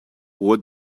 what